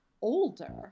older